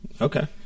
Okay